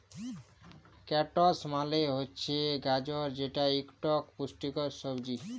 carrots মালে হছে গাজর যেট ইকট পুষ্টিকর সবজি